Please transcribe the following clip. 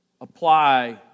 apply